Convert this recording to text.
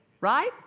Right